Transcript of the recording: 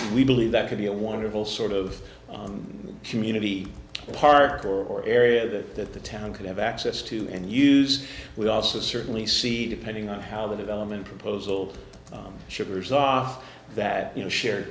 we believe that could be a wonderful sort of community park or area that the town could have access to and use we also certainly see depending on how the development proposal sugar's off that you know shared